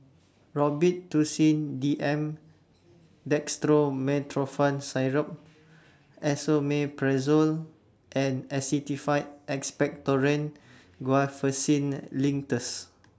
Robitussin D M Dextromethorphan Syrup Esomeprazole and Actified Expectorant Guaiphenesin Linctus